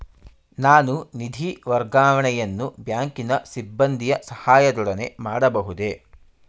ನಾನು ನಿಧಿ ವರ್ಗಾವಣೆಯನ್ನು ಬ್ಯಾಂಕಿನ ಸಿಬ್ಬಂದಿಯ ಸಹಾಯದೊಡನೆ ಮಾಡಬಹುದೇ?